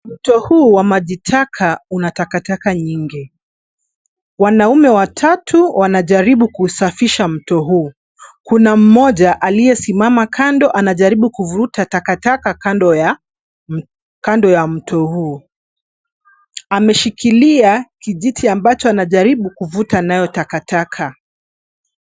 Mto huu wa majitaka una takataka nyingi. Wanaume watatu wanajaribu kusafisha mto huu. Kuna mmoja aliyesimama kando, anajaribu kuvuta takataka kando ya mto huu. Ameshikilia kijiti ambacho anajaribu kuvuta nayo takataka.